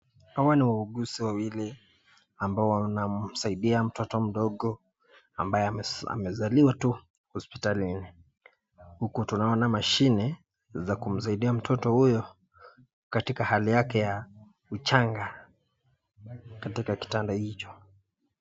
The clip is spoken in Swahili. Hawa ni wauguzi wawili ambao wanamsaidia mtoto mdogo ambaye amezaliwa tu hospitalini. Huko tunaona mashini za kumsaidia mtoto huyo katika hali yake ya uchanga katika kitanda hicho.